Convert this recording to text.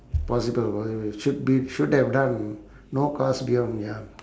possible possible should be should have done no cars beyond ya